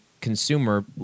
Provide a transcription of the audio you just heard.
consumer